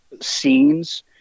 scenes